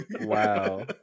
Wow